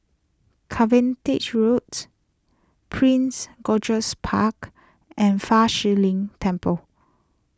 carven day G Roads Prince George's Park and Fa Shi Lin Temple